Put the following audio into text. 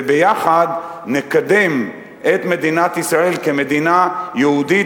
וביחד נקדם את מדינת ישראל כמדינה יהודית